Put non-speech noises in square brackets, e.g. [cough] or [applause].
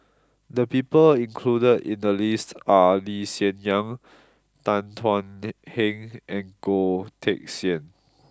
the people included in the list are Lee Hsien Yang Tan Thuan [hesitation] Heng and Goh Teck Sian